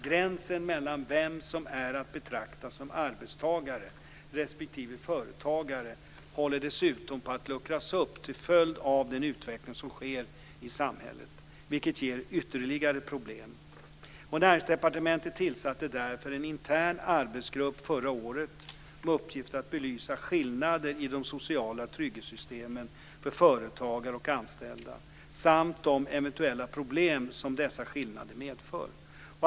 Gränsen mellan vem som är att betrakta som arbetstagare respektive företagare håller dessutom på att luckras upp till följd av den utveckling som sker i samhället, vilket ger ytterligare problem. Näringsdepartementet tillsatte därför en intern arbetsgrupp förra året med uppgift att belysa skillnader i de sociala trygghetssystemen för företagare och anställda, samt de eventuella problem som dessa skillnader medför.